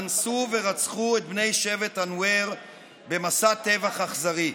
אנסו ורצחו את בני שבט הנואר במסע טבח אכזרי.